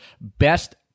best